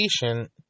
patient